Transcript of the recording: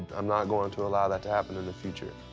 i'm not going to allow that to happen in the future. ahhhh!